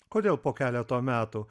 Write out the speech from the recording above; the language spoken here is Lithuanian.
kodėl po keleto metų